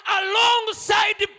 alongside